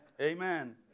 Amen